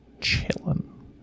Chilling